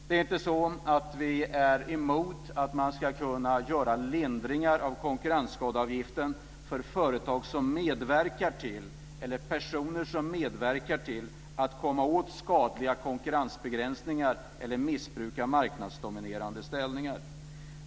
Det är inte så att vi är emot att man ska kunna göra lindringar i konkurrensskadeavgiften för företag eller personer som medverkar till att komma åt skadliga konkurrensbegränsningar eller missbruk av marknadsdominerande ställningar.